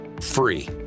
free